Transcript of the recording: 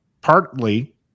Partly